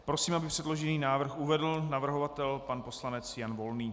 Prosím, aby předložený návrh uvedl navrhovatel pan poslanec Jan Volný.